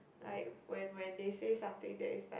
like when when they say something that is like